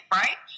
right